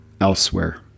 elsewhere